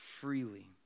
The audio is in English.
freely